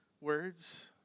words